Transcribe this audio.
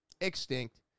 extinct